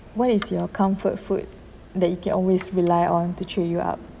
what is your comfort food that you can always rely on to cheer you up